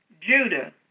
Judah